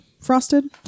frosted